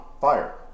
fire